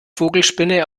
vogelspinne